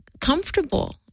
comfortable